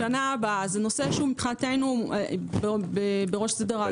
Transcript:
זה נושא שמבחינתנו הוא בראש סדר העדיפויות.